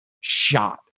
shot